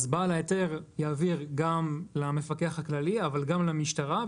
בעל ההיתר יעביר גם למפקח הכללי אבל גם למשטרה.